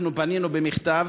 אנחנו פנינו במכתב,